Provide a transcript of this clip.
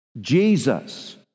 Jesus